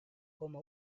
coma